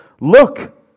look